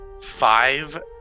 five